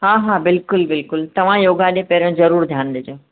हा हा बिल्कुल बिल्कुल तव्हां योगा ॾे पहिरियों ज़रूर ध्यान ॾिजो